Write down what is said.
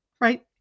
right